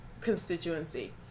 constituency